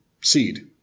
seed